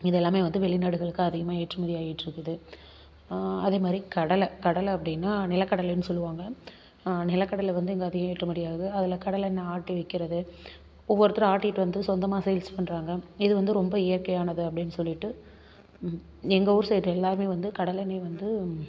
இதெல்லாம் வந்து வெளிநாடுகளுக்கு அதிகமாக ஏற்றுமதி ஆகியிட்டு இருக்குது அதேமாதிரி கடலை கடலை அப்படின்னா நிலக்கடலைன்னு சொல்லுவாங்க நிலக்கடலை வந்து இங்கு அதிகம் ஏற்றுமதி ஆகுது அதில் கடலெண்ணெய் ஆட்டி வைக்கிறது ஒவ்வொருத்தரும் ஆட்டிட்டு வந்து சொந்தமாக சேல்ஸ் பண்ணுறாங்க இதில் வந்து ரொம்ப இயற்கையானது அப்படின்னு சொல்லிட்டு எங்கள் ஊர் சைடு எல்லாரும் வந்து கடலெண்ணெய் வந்து